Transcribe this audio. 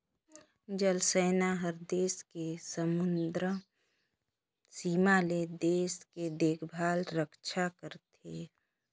जल सेना हर देस के समुदरर सीमा ले देश के देखभाल रक्छा करथे